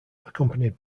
accompanied